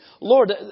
Lord